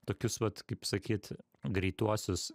tokius vat kaip sakyt greituosius